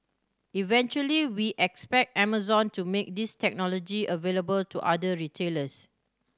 eventually we expect Amazon to make this technology available to other retailers